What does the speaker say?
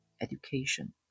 education